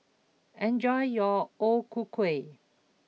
enjoy your O Ku Kueh